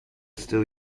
still